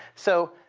so,